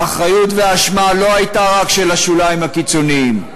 האחריות והאשמה לא היו רק של השוליים הקיצוניים.